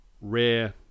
rare